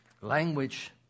language